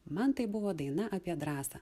man tai buvo daina apie drąsą